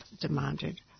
demanded